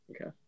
Okay